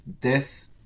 death